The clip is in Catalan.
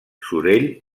sorell